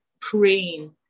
praying